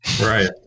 Right